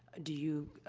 do you, ah,